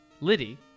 Liddy